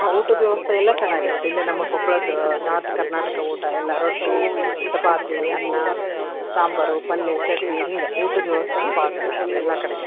ಹಾಂ ಊಟದ ವ್ಯವಸ್ಥೆ ಎಲ್ಲ ಚೆನ್ನಾಗಿರುತ್ತೆ ಇಲ್ಲೇ ನಮ್ಮ ಕೊಪ್ಪಳದ್ದು ನಾರ್ತ್ ಕರ್ನಾಟಕ ಊಟ ಎಲ್ಲ ರೊಟ್ಟಿ ಚಪಾತಿ ಅನ್ನ ಸಾಂಬಾರು ಪಲ್ಯ ಚಟ್ನಿ ಹಿಂಗೆ ಊಟದ ವ್ಯವಸ್ಥೆಯೂ ಭಾಳ ಚೆನ್ನಾಗಿ ಇದೆ ಎಲ್ಲ ಕಡೆಯೂ